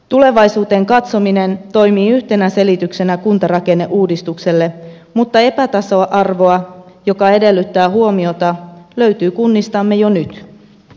tulevaisuuteen katsominen toimii yhtenä selityksenä kuntarakenneuudistukselle mutta epätasa arvoa joka edellyttää huomiota löytyy kunnistamme jo nyt